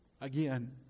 Again